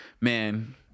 man